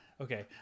Okay